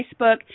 Facebook